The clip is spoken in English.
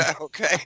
Okay